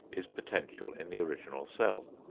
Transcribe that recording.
is potential in the original cell.